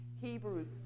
Hebrews